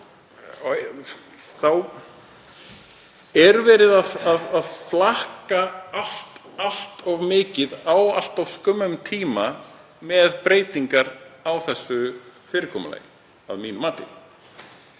mati verið að flakka allt of mikið á allt of skömmum tíma með breytingar á þessu fyrirkomulagi,